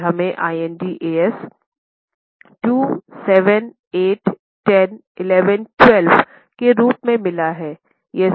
फिर हमें Ind AS 2 7 8 10 11 12 के रूप में मिला है